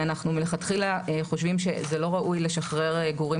אנחנו מלכתחילה חושבים שלא ראוי לשחרר גורים